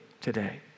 today